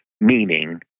meaning